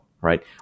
Right